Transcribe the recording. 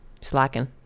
Slacking